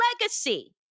legacy